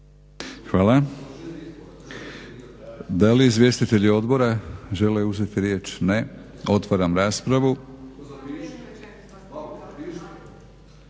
Hvala. Da li izvjestitelji odbora žele uzeti riječ? Ne. Otvaram raspravu.